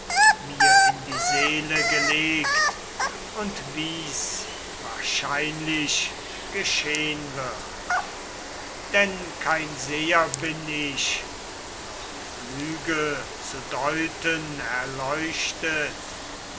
mir in die seele gelegt und wie's wahrscheinlich geschehn wird denn kein seher bin ich noch flüge zu deuten erleuchtet